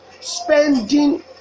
Spending